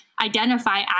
identify